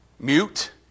Mute